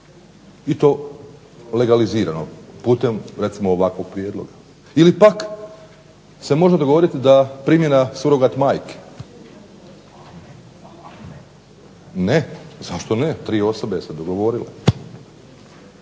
I to legalizirano putem recimo ovakvog prijedloga. Ili pak se može dogoditi da primjena surogat majke. Ne? Zašto ne, tri osobe se dogovorile.